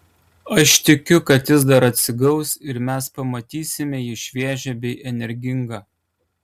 aš tikiu kad jis dar atsigaus ir mes pamatysime jį šviežią bei energingą